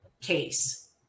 case